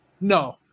No